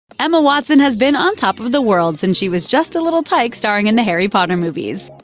emma watson has been on top of the world since she was just a little tyke starring in the harry potter movies.